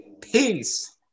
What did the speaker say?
Peace